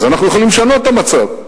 אז אנחנו יכולים לשנות את המצב.